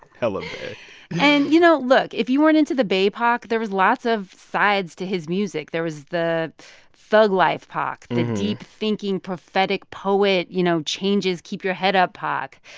hella bay and, you know, look, if you weren't into the bay pac, there was lots of sides to his music. there was the thug-life pac, the deep-thinking, prophetic poet, you know, changes, keep your head up pac.